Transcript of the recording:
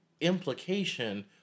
implication